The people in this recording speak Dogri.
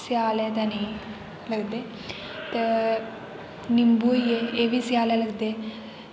स्यालें ते नेईं लगदे ते निम्बू होई गे एह् बी स्यालें लगदे